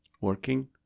Working